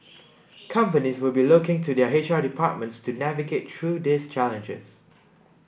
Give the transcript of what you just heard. companies will be looking to their H R departments to navigate through these challenges